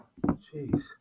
Jeez